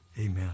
amen